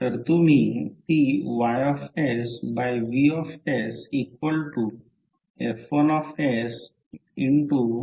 आता ∅ प्रत्यक्षात DC सर्किटमध्ये असे म्हणुया की जर ते करंट असेल तर येथे मग्नेटिक सर्किटच्या अनुरूप एक फ्लक्स आहे